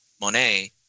Monet